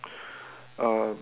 uh